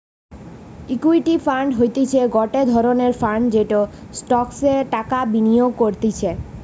equity fund হতিছে গটে ধরণের ফান্ড যেটা স্টকসে টাকা বিনিয়োগ করতিছে